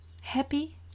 happy